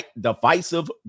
divisive